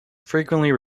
frequently